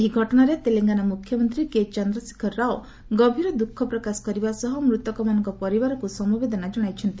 ଏହି ଘଟଣାରେ ତେଲଙ୍ଗାନା ମୁଖ୍ୟମନ୍ତ୍ରୀ କେ ଚନ୍ଦ୍ରଶେଖର ରାଓ ଗଭୀର ଦୁଃଖ ପ୍ରକାଶ କରିବା ସହ ମୂତକମାନଙ୍କ ପରିବାରକୁ ସମବେଦନା ଜଣାଇଛନ୍ତି